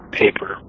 paper